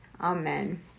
Amen